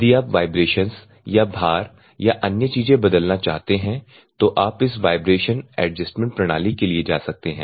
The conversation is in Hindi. यदि आप वाइब्रेशंस या भार या अन्य चीजें बदलना चाहते हैं तो आप इस वाइब्रेशन एडजेस्टमेंट प्रणाली के लिए जा सकते हैं